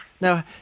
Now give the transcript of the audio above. Now